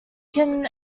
can